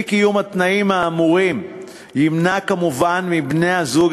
אי-קיום התנאים האמורים ימנע כמובן מבני-הזוג